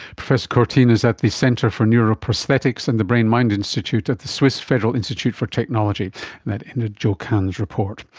professor courtine is at the centre for neuroprosthetics at and the brain mind institute at the swiss federal institute for technology, and that ended jo khan's report.